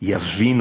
יבינו